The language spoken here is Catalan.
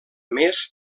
més